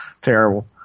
Terrible